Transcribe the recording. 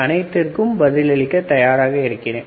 அனைத்திற்கும் பதில் அளிக்க தயாராக இருக்கிறேன்